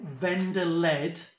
vendor-led